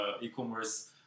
e-commerce